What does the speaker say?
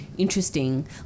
Interesting